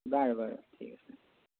বাৰু বাৰু ঠিক আছে